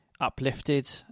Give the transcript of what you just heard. uplifted